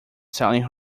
selling